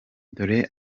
dore